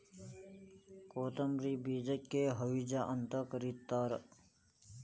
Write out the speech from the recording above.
ಕೊತ್ತಂಬ್ರಿ ಬೇಜಕ್ಕ ಹವಿಜಾ ಅಂತ ಕರಿತಾರ